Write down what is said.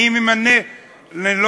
אני ממנה.